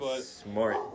smart